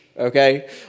okay